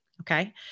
okay